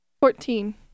Fourteen